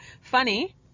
Funny